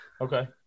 okay